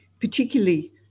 particularly